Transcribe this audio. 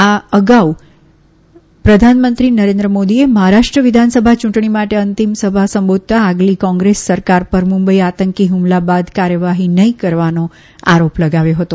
આ અગાઉ પ્રધાનમંત્રી નરેન્દ્ર મોદીએ મહારાષ્ટ્ર વિધાનસભા ચુંટણી માટે અંતિમ સભા સંબોધતા આગલી કોંગ્રેસ સરકાર પર મુંબઈ આતંકી હુમલા બાદ કાર્યવાહી નહી કરવાનો આરોપ લવાગ્યો હતો